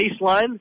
baseline